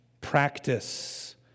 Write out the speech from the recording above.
Practice